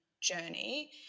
journey